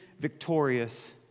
victorious